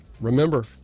Remember